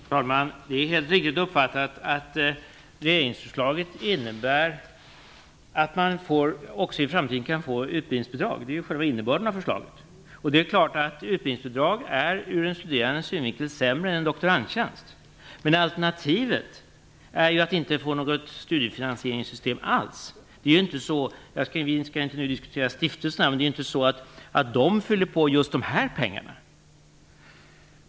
Fru talman! Det är helt riktigt uppfattat. Regeringsförslaget innebär att man också i framtiden kan få utbildningsbidrag. Det är själva innebörden av förslaget. Utbildningsbidrag är ur en studerandes synvinkel sämre än en doktorandtjänst. Men alternativet är att inte få något studiefinansieringssystem alls. Det är inte så att stiftelserna fyller på just de här pengarna.